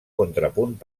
contrapunt